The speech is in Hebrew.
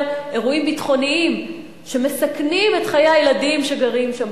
אירועים ביטחוניים שמסכנים את חיי הילדים שגרים שם,